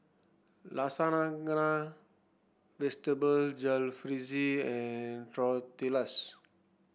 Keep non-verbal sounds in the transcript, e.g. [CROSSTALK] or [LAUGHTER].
Lasagna [UNINTELLIGIBLE] Vegetable Jalfrezi and Tortillas